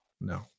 No